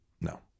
no